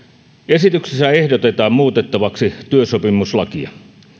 esityksessä ehdotetaan muutettavaksi työsopimuslakia